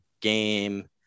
game